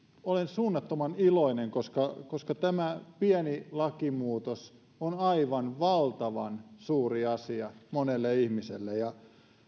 olen suunnattoman iloinen koska koska tämä pieni lakimuutos on aivan valtavan suuri asia monelle ihmiselle ja